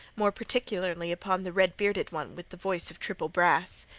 more particularly upon the red-bearded one with the voice of triple brass.